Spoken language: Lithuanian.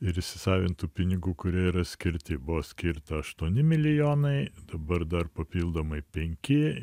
ir įsisavint tų pinigų kurie yra skirti skirta aštuoni milijonai dabar dar papildomai penki